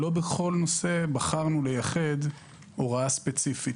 לא בכל נושא בחרנו לייחד הוראה ספציפית.